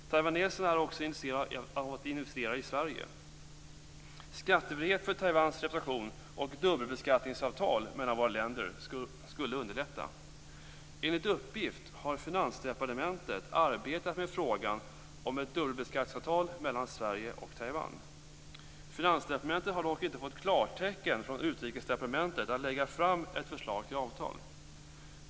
Taiwaneserna är också intresserade av att investera i Sverige. Skattefrihet för Taiwans representation och dubbelbeskattningsavtal mellan våra länder skulle underlätta. Enligt uppgift har Finansdepartementet arbetat med frågan om ett dubbelbeskattningsavtal mellan Sverige och Taiwan. Finansdepartementet har dock inte fått klartecken från Utrikesdepartementet för att lägga fram ett förslag till avtal.